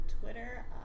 Twitter